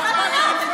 אף אחד לא פוגע.